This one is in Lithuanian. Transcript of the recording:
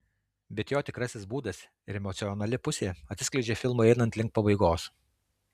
bet jo tikrasis būdas ir emocionali pusė atsiskleidžia filmui einant link pabaigos